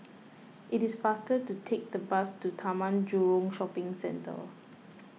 it is faster to take the bus to Taman Jurong Shopping Centre